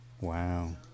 Wow